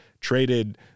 traded